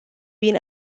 been